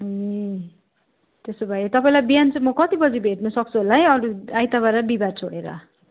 ए त्यसो भए तपाईँलाई बिहान चाहिँ म कति बजी भेट्नु सक्छु होला है अरू आइतबार र बिहीबार छोडेर